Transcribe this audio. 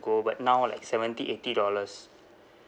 ago but now like seventy eighty dollars